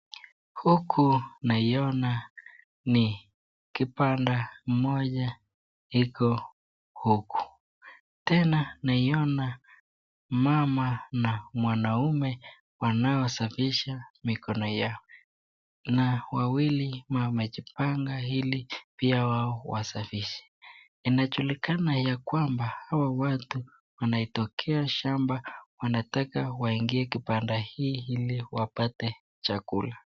Huku naiona ni kibanda moja iko huku. Tena naiona mama na mwanaume wanao safisha mikono yao. Na wawili wamejipanga ili pia wao wasafishe. Inajulikana ya kwamba hawa watu wanaitokea shamba wanataka waingie kipande hii ili wapate chakula.